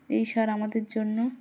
এই সার আমাদের জন্য